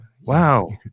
wow